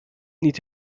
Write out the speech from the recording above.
niet